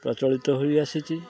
ପ୍ରଚଳିତ ହୋଇ ଆସିଛି